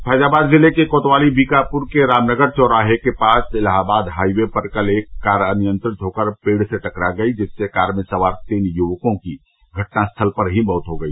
फैजाबाद जिले के कोतवाली बीकापुर के रामनगर चौराहे के पास इलाहाबाद हाई वे पर कल एक कार अनियंत्रित होकर पेड़ से टकरा गई जिससे कार में सवार तीन युवकों की घटनास्थल पर ही मौत हो गई